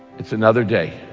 it's another day